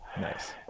Nice